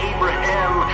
Abraham